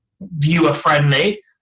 viewer-friendly